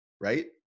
Right